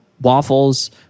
waffles